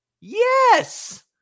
Yes